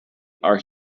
are